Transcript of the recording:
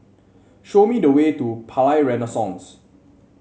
show me the way to Palais Renaissance